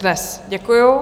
Dnes, děkuji.